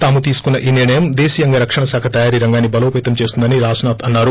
తాము తీసుకున్న ఈ నిర్లయం దేశీయంగా రక్షణశాఖ తయారీ రంగాన్ని బలోపతం చేస్తుందని రాజ్నాథ్ అన్సారు